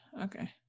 okay